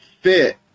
fit